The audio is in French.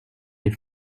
les